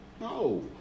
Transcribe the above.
No